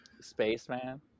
Spaceman